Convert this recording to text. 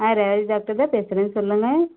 ஆ Revathi doctor தான் பேசுகிறேன் சொல்லுங்கள்